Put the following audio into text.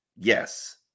Yes